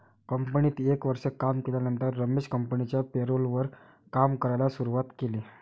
कंपनीत एक वर्ष काम केल्यानंतर रमेश कंपनिच्या पेरोल वर काम करायला शुरुवात केले